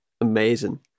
amazing